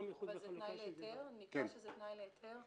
איחוד וחלוקה --- אבל נקבע שזה תנאי להיתר?